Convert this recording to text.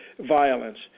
violence